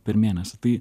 per mėnesį tai